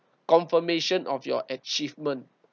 confirmation of your achievement